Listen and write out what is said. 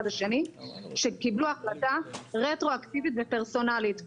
השני שקיבלו החלטה רטרואקטיבית ופרסונלית.